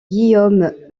guillaume